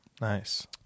Nice